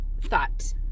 thought